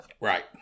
Right